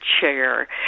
chair